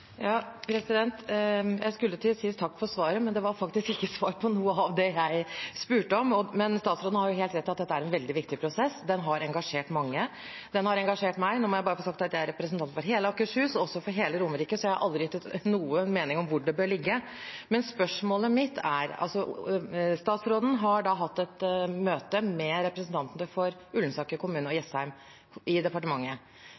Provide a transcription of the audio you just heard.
Jeg skulle til å si takk for svaret, men det var faktisk ikke svar på noe av det jeg spurte om. Statsråden har helt rett i at dette er en veldig viktig prosess. Den har engasjert mange. Den har engasjert meg. Nå må jeg bare få sagt at jeg er representant for hele Akershus og også for hele Romerike, så jeg har aldri ytret noen mening om hvor den bør ligge. Statsråden har hatt et møte med representantene for Ullensaker kommune og